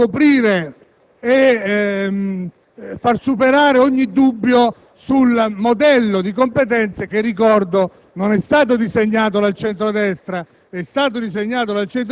quale dovrebbe far superare ogni dubbio sul modello di competenze che - ricordo - non è stato disegnato dal centro-destra